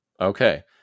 Okay